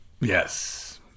Yes